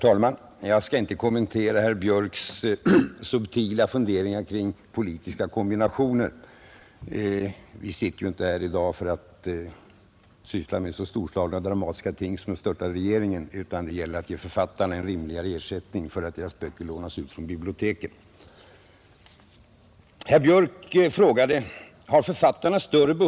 Har författarna större behov av stöd än andra kulturarbetare? Sedan hänvisade han till den nyligen publicerade utredningen. Alla har fått den — ingen har väl ännu hunnit penetrera den, inte heller herr Björk.